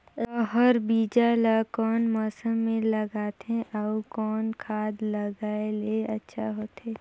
रहर बीजा ला कौन मौसम मे लगाथे अउ कौन खाद लगायेले अच्छा होथे?